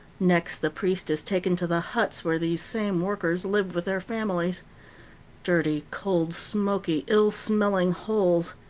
next the priest is taken to the huts where these same workers live with their families dirty, cold, smoky, ill-smelling holes.